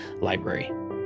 Library